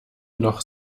noch